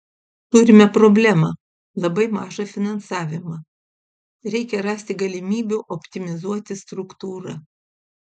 turime problemą labai mažą finansavimą reikia rasti galimybių optimizuoti struktūrą